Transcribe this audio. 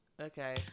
Okay